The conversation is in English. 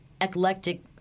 eclectic